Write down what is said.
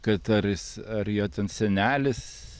kad ar jis ar jo ten senelis